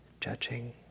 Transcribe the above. judging